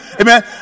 Amen